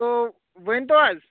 تہٕ ؤنۍتو حظ